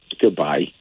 Goodbye